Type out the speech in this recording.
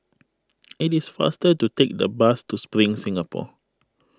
it is faster to take the bus to Spring Singapore